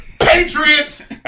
Patriots